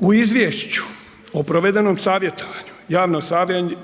U izvješću o provedenom savjetovanju, javno